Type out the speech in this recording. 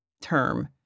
term